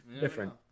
different